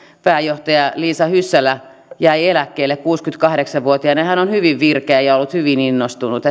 pääjohtaja liisa hyssälä jäi eläkkeelle kuusikymmentäkahdeksan vuotiaana ja hän on hyvin virkeä ja ollut hyvin innostunut